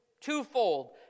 twofold